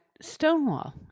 Stonewall